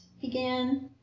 began